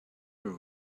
her